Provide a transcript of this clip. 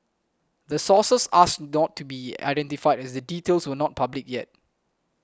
the sources asked don't to be identified as the details were not public yet